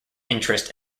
interest